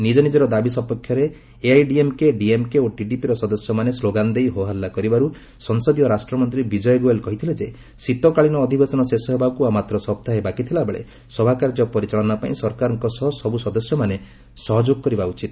ନିଜନିଜର ଦାବି ସପକ୍ଷରେ ଏଆଇଏଡ଼ିଏମ୍କେ ଡିଏମ୍କେ ଓ ଟିଡିପିର ସଦସ୍ୟମାନେ ସ୍କୋଗାନ୍ ଦେଇ ହୋହଲ୍ଲା କରିବାରୁ ସଂସଦୀୟ ରାଷ୍ଟ୍ରମନ୍ତ୍ରୀ ବିଜୟ ଗୋଏଲ୍ କହିଥିଲେ ଯେ ଶୀତକାଳୀନ ଅଧିବେଶନ ଶେଷ ହେବାକୁ ଆଉ ମାତ୍ର ସପ୍ତାହେ ବାକିଥିଲାବେଳେ ସଭାକାର୍ଯ୍ୟ ପରିଚାଳନା ପାଇଁ ସରକାରଙ୍କ ସହ ସବୁ ସଦସ୍ୟମାନେ ସହଯୋଗ କରିବା ଉଚିତ